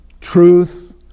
truth